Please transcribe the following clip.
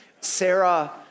Sarah